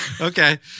Okay